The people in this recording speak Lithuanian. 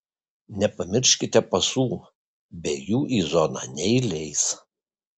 nepamirškite pasų be jų į zoną neįleis